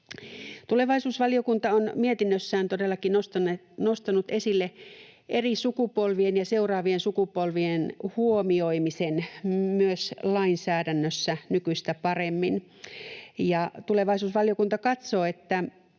Tulevaisuusvaliokunta on mietinnössään todellakin nostanut esille eri sukupolvien ja seuraavien sukupolvien huomioimisen myös lainsäädännössä nykyistä paremmin. ”Tulevaisuusvaliokunta katsoo, että